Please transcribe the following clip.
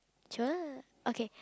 sure okay